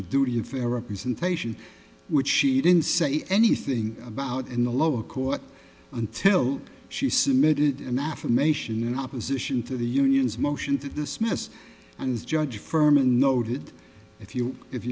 the duty of fair representation which she didn't say anything about in the lower court until she submitted an affirmation in opposition to the union's motion to dismiss and judge firman noted if you if